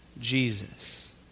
Jesus